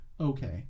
okay